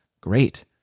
Great